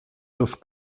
seus